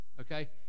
Okay